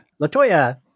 latoya